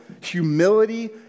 humility